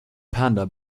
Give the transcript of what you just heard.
panda